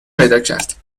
پیداکرد